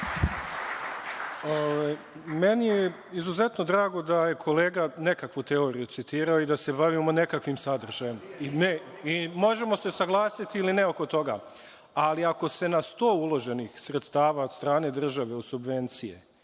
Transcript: Meni je izuzetno drago da je kolega nekakvu teoriju citirao i da se bavimo nekakvim sadržajem i možemo se saglasiti ili ne oko toga, ali ako se na sto uloženih sredstava od strane države, od subvencije